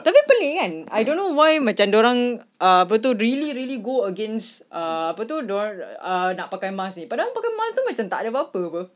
tapi pelik kan I don't know why macam dia orang err apa tu really really go against err apa tu dia or~ ah nak pakai mask ni padahal pakai mask tu macam tak ada apa apa per